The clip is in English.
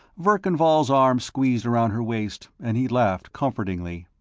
verkan vall's arm squeezed around her waist, and he laughed comfortingly.